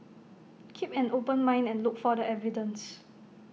keep an open mind and look for the evidence